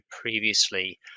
previously